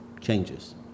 changes